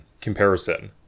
comparison